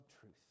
truth